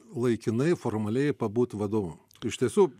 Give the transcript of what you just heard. laikinai formaliai pabūt vadovu iš tiesų